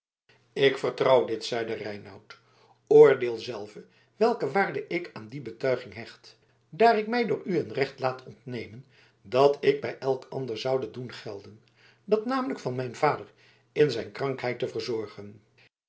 ik vertrouw dit zeide reinout oordeel zelve welke waarde ik aan die betuiging hecht daar ik mij door u een recht laat ontnemen dat ik bij elk ander zoude doen gelden dat namelijk van mijn vader in zijn krankheid te verzorgen